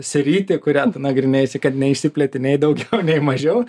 sritį kurią tu nagrinėsi kad neišsiplėti nei daugiau nei mažiau